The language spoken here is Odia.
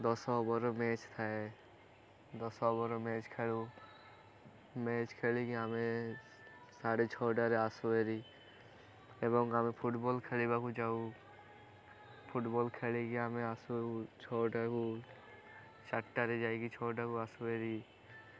ଦଶ ଓଭର୍ ମ୍ୟାଚ୍ ଥାଏ ଦଶ ଓଭର୍ ମ୍ୟାଚ୍ ଖେଳୁ ମ୍ୟାଚ୍ ଖେଳିକି ଆମେ ସାଢ଼େ ଛଅଟାରେ ଆସୁ ଏରି ଏବଂ ଆମେ ଫୁଟବଲ୍ ଖେଳିବାକୁ ଯାଉ ଫୁଟବଲ୍ ଖେଳିକି ଆମେ ଆସୁୁ ଛଅଟାକୁ ଚାରିଟାରେ ଯାଇକି ଛଅଟାକୁ ଆସୁ ଏରି